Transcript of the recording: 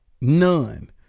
None